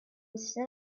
stood